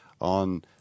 on